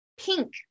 pink